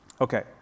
Okay